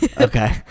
Okay